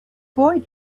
boy